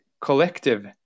collective